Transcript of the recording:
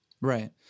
Right